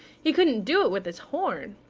he couldn't do it with his horn.